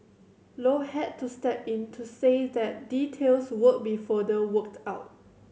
low had to step in to say that details would be further worked out